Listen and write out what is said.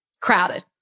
crowded